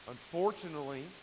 Unfortunately